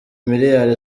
miliyari